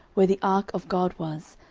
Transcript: where the ark of god was,